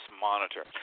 monitor